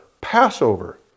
Passover